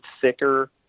thicker